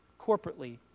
corporately